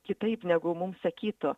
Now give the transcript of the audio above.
kitaip negu mums sakytų